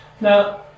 Now